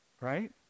Right